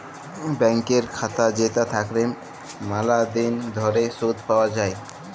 ব্যাংকের খাতা যেটা থাকল্যে ম্যালা দিল ধরে শুধ পাওয়া যায়